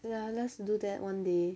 ya let's do that one day